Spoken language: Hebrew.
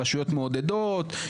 הרשויות מעודדות,